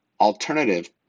alternative